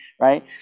right